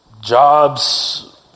jobs